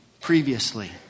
previously